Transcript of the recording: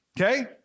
okay